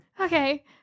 Okay